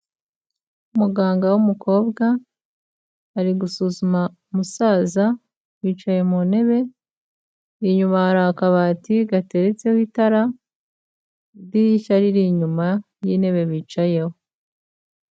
Umuganga w'umukobwa, ari gusuzuma umusaza, bicaye mu ntebe, inyuma hari akabati gateretseho itara, idirishya riri inyuma y'intebe bicayeho.